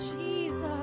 Jesus